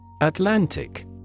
Atlantic